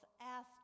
asked